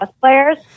players